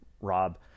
Rob